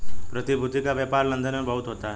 प्रतिभूति का व्यापार लन्दन में बहुत होता है